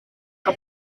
que